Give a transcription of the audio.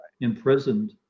imprisoned